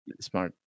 smart